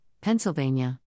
Pennsylvania